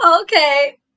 Okay